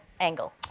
angle